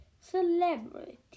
celebrity